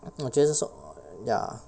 我觉得是 o~ ya